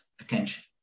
attention